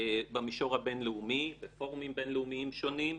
במישור הבינלאומי, בפורומים בינלאומיים שונים,